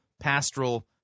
Pastoral